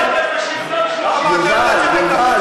יובל,